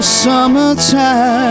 summertime